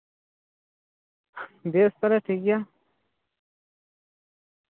ᱵᱮᱥ ᱛᱟᱞᱦᱮ ᱴᱷᱤᱠᱜᱮᱭᱟ